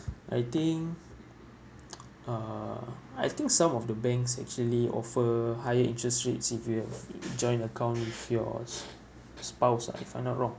I think uh I think some of the banks actually offer higher interest rates if you have a joint account with your spouse ah if I'm not wrong